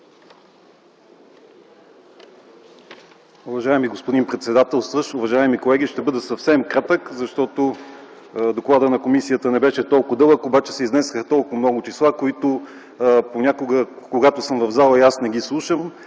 Уважаеми господин председателстващ, уважаеми колеги, ще бъда съвсем кратък, защото докладът на комисията не беше толкова дълъг, обаче се изнесоха толкова много числа, които понякога, когато съм в залата и аз не ги слушам.